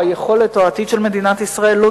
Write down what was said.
או היכולת או העתיד של מדינת ישראל לא